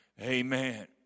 Amen